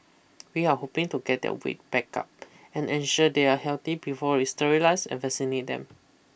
we are hoping to get their weight back up and ensure they are healthy before we sterilise an them